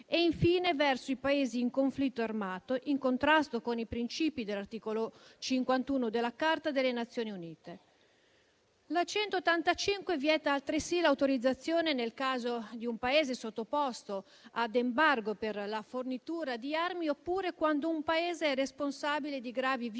e infine, verso i Paesi in conflitto armato, in contrasto con i principi dell'articolo 51 della Carta delle Nazioni Unite. La legge n. 185 del 1990 vieta altresì l'autorizzazione nel caso di un Paese sottoposto ad embargo per la fornitura di armi, oppure quando è responsabile di gravi violazioni